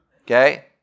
okay